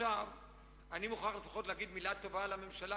עכשיו אני מוכרח להגיד לפחות מלה טובה על הממשלה.